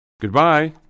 Goodbye